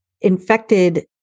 infected